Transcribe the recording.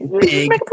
big